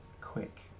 quick